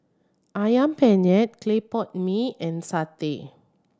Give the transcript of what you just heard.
Ayam Penyet clay pot mee and satay